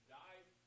died